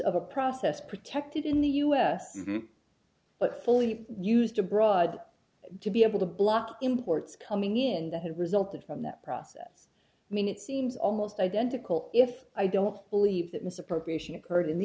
of a process protected in the us but fully used abroad to be able to block imports coming in that have resulted from that process mean it seems almost identical if i don't believe that misappropriation occurred in the